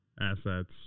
assets